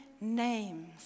names